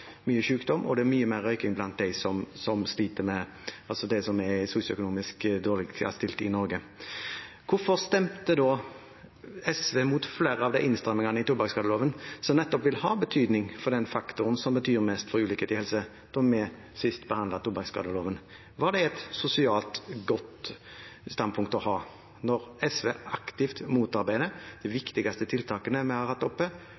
mye mer røyking blant dem som er sosioøkonomisk dårligere stilt i Norge. Hvorfor stemte da SV imot flere av de innstrammingene i tobakksskadeloven som nettopp vil ha betydning for den faktoren som betyr mest for ulikhet i helse, da vi sist behandlet tobakksskadeloven? Var det et sosialt godt standpunkt å ta; at SV aktivt motarbeider de viktigste tiltakene vi har hatt oppe